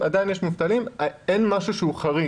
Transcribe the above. רק שאין משהו שהוא חריג.